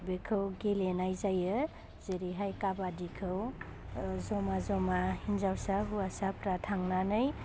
बेखौ गेलेनाय जायो जेरैहाय काबादि खौ जमा जमा हिन्जावसा हौवासाफ्रा थांनानै